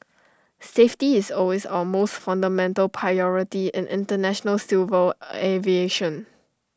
safety is always our most fundamental priority in International civil aviation